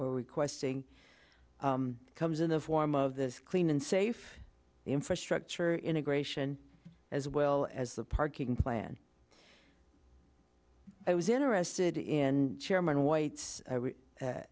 we're requesting comes in the form of this clean and safe infrastructure integration as well as the parking plan i was interested in chairman white's